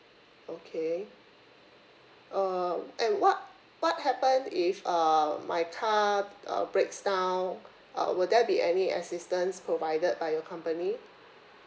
okay uh and what what happen if uh my car uh breaks down uh will there be any assistance provided by your company